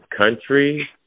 country